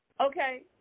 Okay